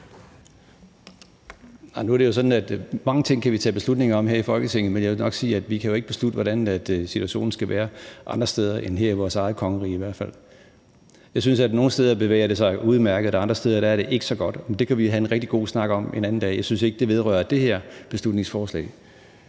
Nu er det sådan, at mange ting kan vi tage beslutninger om her i Folketinget, men jeg vil nok sige, at vi jo ikke kan beslutte, hvordan situationen skal være andre steder end her i vores eget kongerige i hvert fald. Jeg synes, at det nogle steder bevæger sig udmærket, og andre steder er det ikke så godt. Men det kan vi jo have en rigtig god snak om en anden dag. Jeg synes ikke, at det vedrører det her beslutningsforslag.